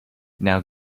now